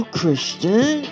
Christian